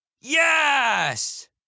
Yes